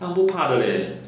它们不怕的 leh